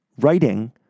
Writing